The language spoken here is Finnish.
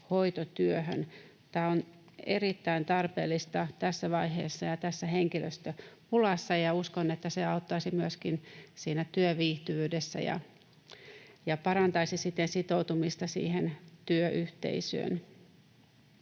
Tämä on erittäin tarpeellista tässä vaiheessa ja tässä henkilöstöpulassa, ja uskon, että se auttaisi myöskin työviihtyvyydessä ja parantaisi siten sitoutumista työyhteisöön.